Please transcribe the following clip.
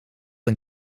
een